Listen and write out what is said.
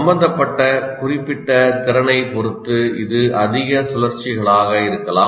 சம்பந்தப்பட்ட குறிப்பிட்ட திறனைப் பொறுத்து இது அதிக சுழற்சிகளாக இருக்கலாம்